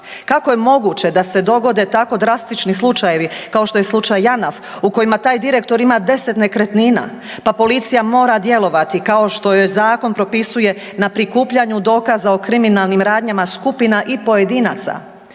Kako je moguće da se dogode tako drastični slučajevi kao što je slučaj Janaf u kojima taj direktor ima 10 nekretnina? Pa policija mora djelovati kao što joj zakon propisuje na prikupljanju dokaza o kriminalnim radnjama skupina i pojedinaca.